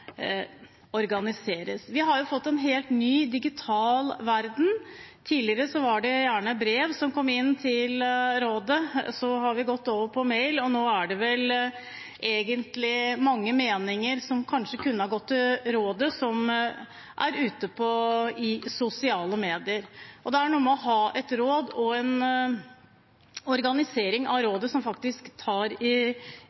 organiseres. Vi har fått en helt ny digital verden. Tidligere kom gjerne brev inn til rådet, så har vi gått over til mail, og nå er mange meninger som kanskje kunne gått til rådet, å finne på sosiale medier. Det er noe med å ha et råd og en organisering av